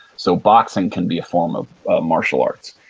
so boxing can be a form of martial arts.